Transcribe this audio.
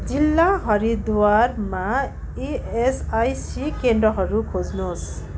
जिल्ला हरिद्वारमा E S I C केन्द्रहरू खोज्नुहोस्